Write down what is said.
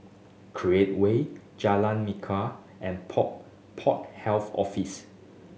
Create Way Jalan Minkya and Port Port Health Office